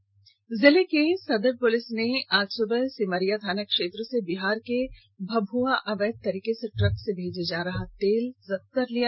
उधर जिले के सदर पुलिस ने आज सुबह सिमरिया थाना क्षेत्र से बिहार के भभुआ अवैध तरीके से ट्रक से भेजे जा रहा तेल को जब्त कर लिया